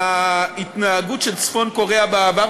ההתנהגות של צפון-קוריאה בעבר,